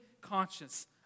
conscious